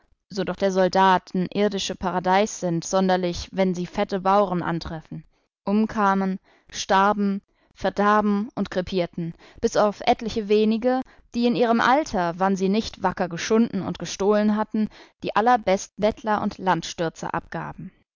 so doch der soldaten irdische paradeis sind sonderlich wann sie fette bauren antreffen umkamen starben verdarben und krepierten bis auf etliche wenige die in ihrem alter wann sie nicht wacker geschunden und gestohlen hatten die allerbeste bettler und landstürzer abgaben